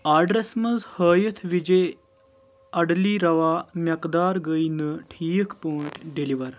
آرڈرَس منٛز ہٲیِتھ وِجے اڈلی رَوا میٚقدار گٔے نہٕ ٹھیٖک پٲٹھۍ ڈیٚلور